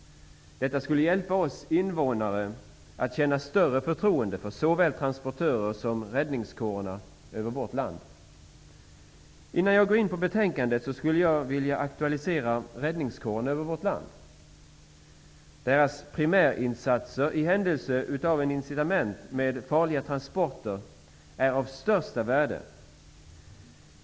Detta skulle hjälpa oss invånare att känna större förtroende för såväl transportörer som räddningskårerna i vårt land. Innan jag går in på betänkandet skulle jag vilja aktualisera räddningskårernas roll i vårt land. Deras primärinsatser i händelse av en incident med farliga transporter är av största värde.